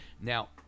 Now